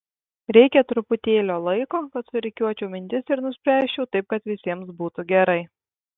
reikia truputėlio laiko kad surikiuočiau mintis ir nuspręsčiau taip kad visiems būtų gerai